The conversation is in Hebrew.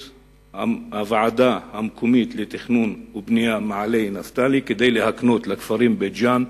הוועדה המקומית לתכנון ובנייה מעלה-נפתלי כדי להקנות לכפרים בית-ג'ן,